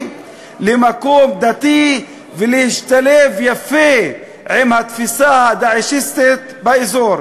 למקום דתי ולהשתלב יפה עם התפיסה ה"דאעשיסטית" באזור.